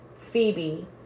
Phoebe